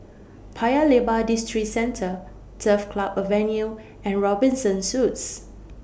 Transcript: Paya Lebar Districentre Turf Club Avenue and Robinson Suites